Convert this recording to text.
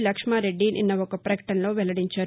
లక్ష్మారెడ్డి నిన్న ఒక పకటనలో వెల్లడించారు